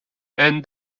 and